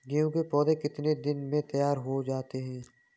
गेहूँ के पौधे कितने दिन में तैयार हो जाते हैं?